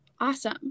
awesome